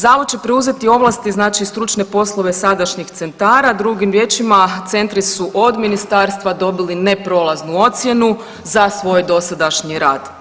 Zavod će preuzeti ovlasti znači i stručne poslove sadašnjih centara, drugim riječima centri su od ministarstva dobili neprolaznu ocjenu za svoj dosadašnji rad.